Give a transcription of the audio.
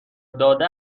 داده